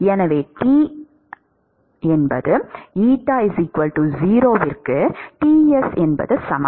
எனவே T 0க்கு Ts என்பது சமம்